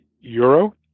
euro